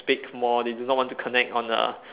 speak more they do not want to connect on a